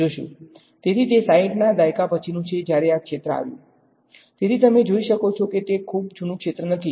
તેથી તે ૬૦ ના દાયકા પછીનું છે જ્યારે આ ક્ષેત્ર આવ્યુ તેથી તમે જોઈ શકો છો કે તે ખૂબ જૂનું ક્ષેત્ર નથી